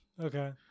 Okay